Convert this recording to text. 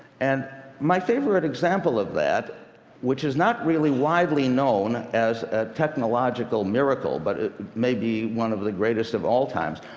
and my favorite example of that which is not really widely known as a technological miracle, but it may be one of the greatest of all times,